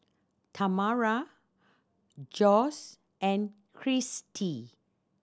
Tamara Josh and Kristie